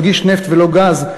מדגיש נפט ולא גז,